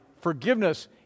forgiveness